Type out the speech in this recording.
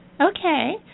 Okay